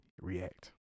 react